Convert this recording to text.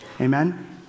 Amen